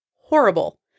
horrible